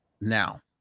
Now